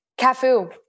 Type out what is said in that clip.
Cafu